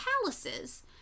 palaces